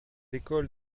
école